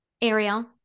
Ariel